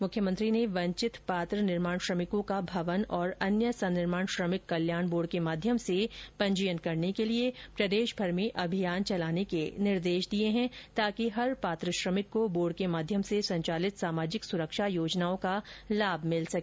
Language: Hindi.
मुख्यमंत्री ने वंचित पात्र निर्माण श्रमिकों का भवन और अन्य संन्निर्माण श्रमिक कल्याण बोर्ड के माध्यम से पंजीयन करने के लिए प्रदेशभर में अभियान चलाने के निर्देश दिए हैं ताकि हर पात्र श्रमिक को बोर्ड के माध्यम से संचालित सामाजिक सुरक्षा योजनाओं का लाभ मिल सके